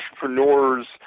entrepreneurs